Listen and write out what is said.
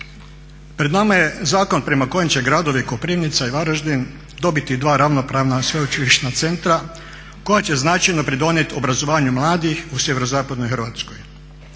Pred nama je zakon prema kojem će gradovi Koprivnica i Varaždin dobiti dva ravnopravna sveučilišna centra koja će značajno pridonijet obrazovanju mladih u SZ Hrvatskoj.